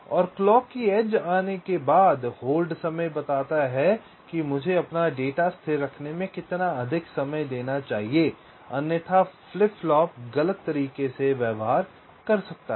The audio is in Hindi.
और क्लॉक की एज के बाद होल्ड समय बताता है कि मुझे अपना डेटा स्थिर रखने में कितना अधिक समय देना चाहिए अन्यथा फ्लिप फ्लॉप गलत तरीके से व्यवहार कर सकता है